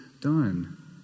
done